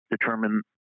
determine